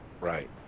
Right